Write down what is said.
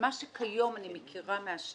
מה שכיום אני מכירה מהשטח,